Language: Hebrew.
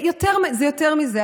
זה יותר מזה.